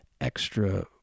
extra